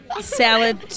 Salad